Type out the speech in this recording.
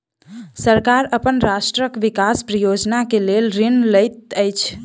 सरकार अपन राष्ट्रक विकास परियोजना के लेल ऋण लैत अछि